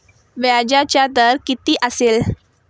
व्याजाचा दर किती असेल?